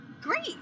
Great